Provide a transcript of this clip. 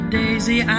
daisy